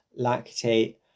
lactate